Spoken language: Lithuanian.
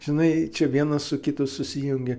žinai čia vienas su kitu susijungė